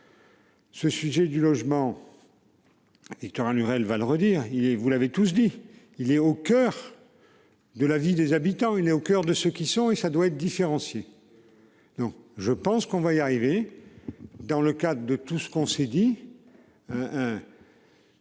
Ce sujet du logement. Et Lurel va le redire, il est vous l'avez tous dit il est au coeur.-- De l'avis des habitants une est au coeur de ce qui sont. Et ça doit être différencié. Non je pense qu'on va y arriver. Dans le cas de tout ce qu'on s'est dit.